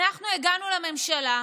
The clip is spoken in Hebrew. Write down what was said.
אנחנו הגענו לממשלה,